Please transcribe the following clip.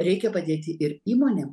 reikia padėti ir įmonėm